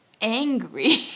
angry